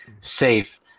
safe